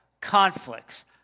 conflicts